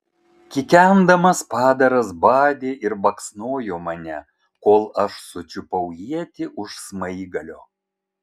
kikendamas padaras badė ir baksnojo mane kol aš sučiupau ietį už smaigalio